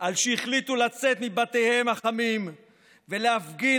על שהחליטו לצאת מבתיהם החמים ולהפגין